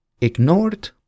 ignored